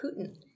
Putin